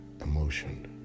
emotion